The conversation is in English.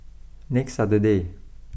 next Saturday